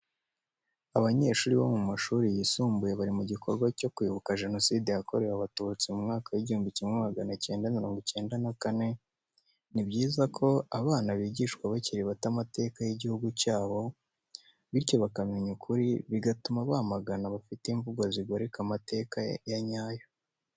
Abanyeshuri bo mu mashuri yisumbuye bari mu gikorwa cyo kwibuka Jenoside yakorewe Abatutsi mu gihumbi kimwe magana cyenda mirongo icyenda na kane, ni byiza ko abana bigishwa bakiri bato amateka y'igihugu cyabo, bityo bakamenya ukuri bigatuma bamagana abafite imvugo zigoreka amateka ya nyayo.